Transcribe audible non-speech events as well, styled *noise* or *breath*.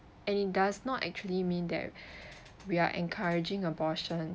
and it does not actually mean that *breath* we are encouraging abortion